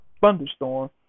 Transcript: thunderstorm